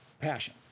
passion